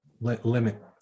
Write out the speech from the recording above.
limit